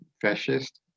fascist